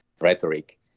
rhetoric